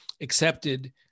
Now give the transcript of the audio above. accepted